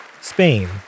Spain